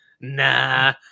nah